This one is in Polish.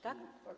Tak?